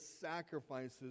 sacrifices